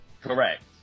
Correct